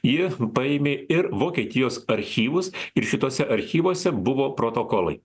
ji paėmė ir vokietijos archyvus ir šituose archyvuose buvo protokolai